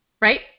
Right